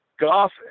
Goff